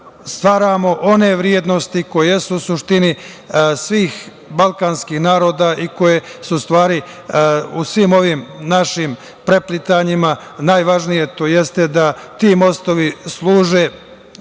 stvaramo one vrednosti koje jesu u suštini svih balkanskih naroda i koje su u stvari u svim ovim našim preplitanjima. Najvažnije je to da ti mostovi služe,